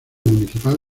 municipal